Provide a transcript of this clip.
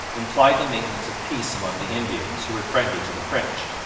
implied the maintenance of peace among the indians who were friendly to the french.